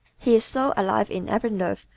he is so alive in every nerve,